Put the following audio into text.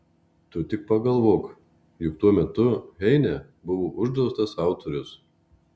tu tik pagalvok juk tuo metu heine buvo uždraustas autorius